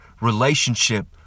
relationship